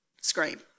scream